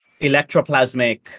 electroplasmic